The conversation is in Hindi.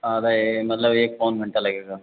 अरे मतलब एक पौन घंटा लगेगा